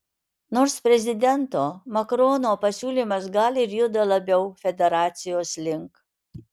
nors prezidento macrono pasiūlymas gal ir juda labiau federacijos link